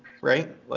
right